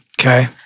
Okay